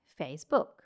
Facebook